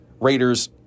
Raiders